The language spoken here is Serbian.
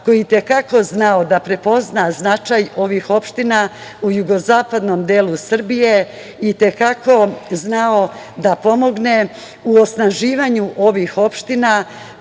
je i te kako znao da prepozna značaj ovih opština u jugozapadnom delu Srbije, i te kako znao da pomogne u osnaživanju ovih opština,